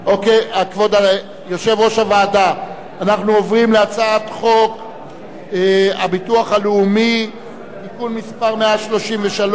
אנחנו עוברים להצעת חוק הביטוח הלאומי (תיקון מס' 133),